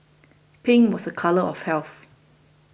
pink was a colour of health